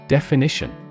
Definition